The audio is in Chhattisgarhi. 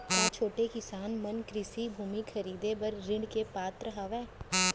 का छोटे किसान मन कृषि भूमि खरीदे बर ऋण के पात्र हवे?